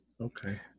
Okay